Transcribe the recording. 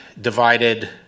divided